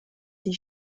die